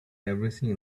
everything